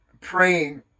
praying